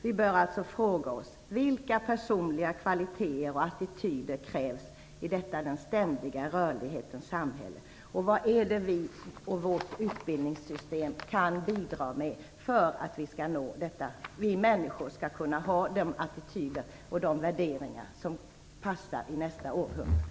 Vi bör alltså fråga oss: Vilka personliga kvaliteter och attityder krävs det i detta den ständiga rörlighetens samhälle, och vad är det vi och vårt utbildningssystem kan bidra med för att vi skall uppnå att människor skall kunna ha de attityder och värderingar som passar i nästa århundrade?